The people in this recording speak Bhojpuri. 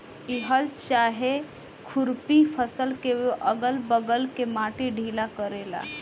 इ हल चाहे खुरपी फसल के अगल बगल के माटी ढीला करेला